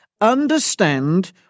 understand